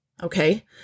Okay